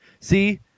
See